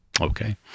Okay